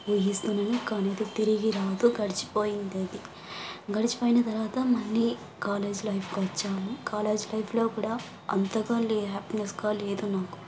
ఊహిస్తున్నాను కానీ తిరిగి రాదు గడిచిపోయింది ఏది గడిచిపోయిన తర్వాత మళ్ళీ కాలేజ్ లైఫ్కొచ్చాము కాలేజ్ లైఫ్లో కూడా అంతగా హ్యాపీనెస్గా లేదు నాకు